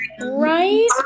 Right